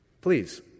please